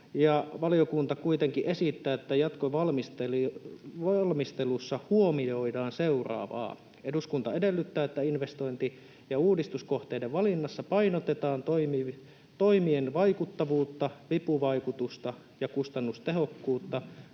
Valiokunta kuitenkin esittää, että jatkovalmistelussa huomioidaan seuraavaa: ”Eduskunta edellyttää, että investointi- ja uudistuskohteiden valinnassa painotetaan toimien vaikuttavuutta, vipuvaikutusta ja kustannustehokkuutta